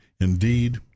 indeed